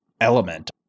element